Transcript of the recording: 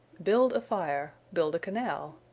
build a fire. build a canal.